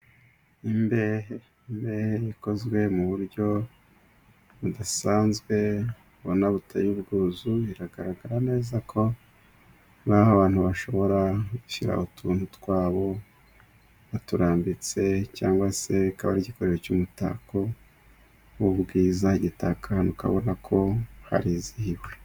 Imbehe ikozwe mu buryo budasanzwe ubona buteye ubwuzu, biragaragara neza ko abantu bashobora gushyira utuntu twabo baturambitse cyangwa se ikaba igikoresho cy'umutako w'ubwiza, gitaka ahantu ukabona ko harizihiwe.